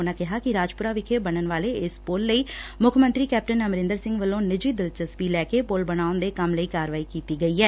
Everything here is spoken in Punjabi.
ਉਨੂਾਂ ਕਿਹਾ ਕਿ ਰਾਜਪੁਰਾ ਵਿਖੇ ਬਣਨ ਵਾਲੇ ਇਸ ਪੁਲ ਲਈ ਮੁੱਖ ਮੰਤਰੀ ਕੈਪਟਨ ਅਮਰੰਦਰ ਸਿੰਘ ਵੱਲੋ ਨਿੱਜੀ ਦਿਲਚਸਪੀ ਲੈ ਕੇ ਪੁਲ ਬਣਾਉਣ ਦੇ ਕੰਮ ਲਈ ਕਾਰਵਾਈ ਕੀਤੀ ਗਈ ਐ